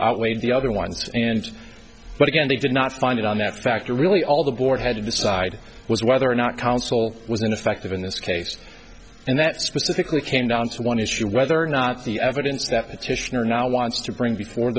outweighed the other ones and but again they did not find it on x factor really all the board had to decide was whether or not counsel was ineffective in this case and that specifically came down to one issue whether or not the evidence that petitioner now wants to bring before